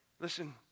listen